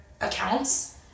accounts